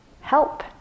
help